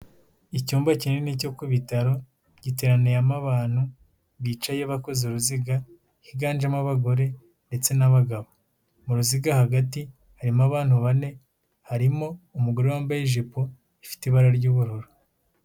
Icyumba kinini cyo ku bitaro, giteraniyemo abantu bicaye bakoze uruziga, higanjemo abagore ndetse n'abagabo. Mu ruziga hagati harimo abantu bane, harimo umugore wambaye ijipo, ifite ibara ry'ubururu.